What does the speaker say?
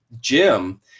Jim